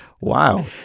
Wow